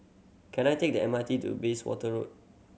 can I take the M R T to Bayswater Road